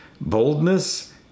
boldness